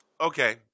Okay